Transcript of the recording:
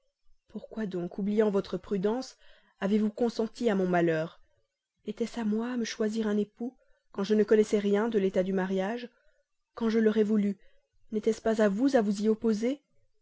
pourquoi donc oubliant votre prudence avez-vous consenti à mon malheur était-ce à moi à me choisir un époux quand je ne connaissais rien de l'état du mariage quand je l'aurais voulu n'était-ce pas à vous à vous y opposer